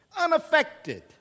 unaffected